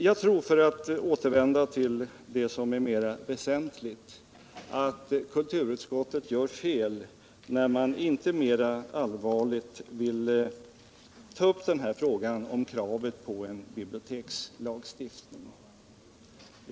Jag tror, för att återvända till vad som är mera väsentligt, att kulturutskottet gör fel när det inte mera allvarligt vill ta upp frågan om kravet på en bibliotekslagstiftning.